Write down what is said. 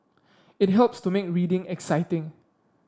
it helps to make reading exciting